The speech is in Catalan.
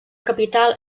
capital